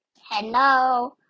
hello